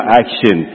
action